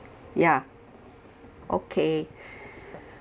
ya okay